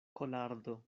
kolardo